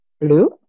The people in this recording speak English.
Blue